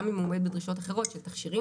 גם אם הוא עומד בדרישות אחרות של תכשירים